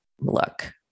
look